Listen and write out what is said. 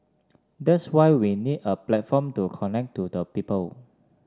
that's why we need a platform to connect to the people